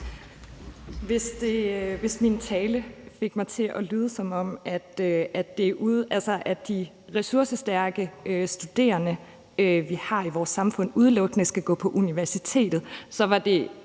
i min tale fik det til at lyde, som om de ressourcestærke studerende, vi har i vores samfund, udelukkende skal gå på universitetet, så var det